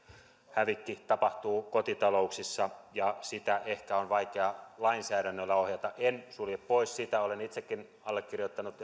hävikki tapahtuu kotitalouksissa ja sitä ehkä on vaikea lainsäädännöllä ohjata en sulje pois sitä olen itsekin allekirjoittanut